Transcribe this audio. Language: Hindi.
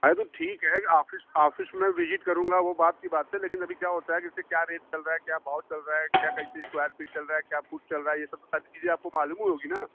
अरे तो ठीक है आफिस आफिस मैं विजिट करूँगा वह बाद की बात है लेकिन अभी क्या होता है जैसे क्या रेट चल रहा है क्या भाव चल रहा है क्या कैसे इस्क्वायर फ़ीट चल रहा है क्या फुट चल रहा है ये सब सारी चीज़ें आपको मालूम होगी ना